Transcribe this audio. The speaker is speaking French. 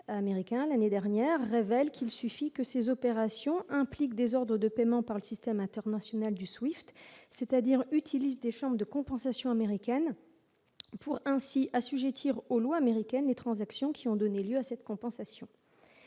l'année dernière, révèle qu'il suffit que ces opérations impliquent des ordres de paiement par le système international du Swift c'est-à-dire utilisent des chambres de compensation américaine pour ainsi assujettir aux lois américaines les transactions qui ont donné lieu à cette compensation